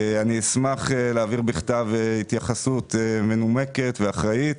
אני אשמח להעביר בכתב התייחסות מנומקת ואחראית